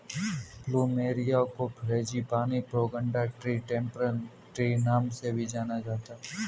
plumeria को frangipani, pagoda tree, temple tree नाम से भी जाना जाता है